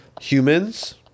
humans